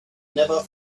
never